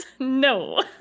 No